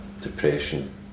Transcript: depression